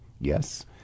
Yes